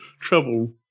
trouble